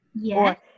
Yes